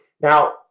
now